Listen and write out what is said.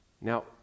Now